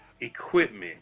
equipment